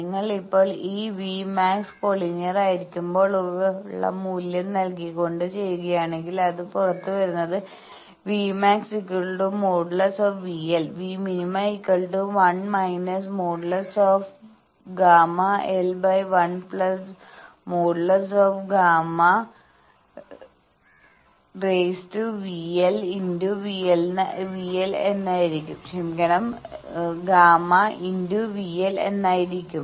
നിങ്ങൾ ഇപ്പോൾ ഈ v മാക്സ് കോളിനിയറായിരിക്കുമ്പോൾ ഉള്ള മൂല്യം നൽകികൊണ്ട് ചെയ്യുകയാണെങ്കിൽ അത് പുറത്തുവരുന്നത് V max |V L| Vₘᵢₙ1−|ΓL| 1|Γ ||V L||V L| എന്ന ആയിരിക്കും